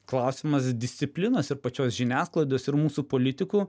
klausimas disciplinos ir pačios žiniasklaidos ir mūsų politikų